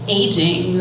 aging